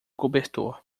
cobertor